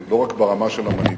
לא רק ברמה של המנהיגים,